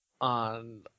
on